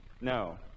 No